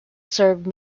serve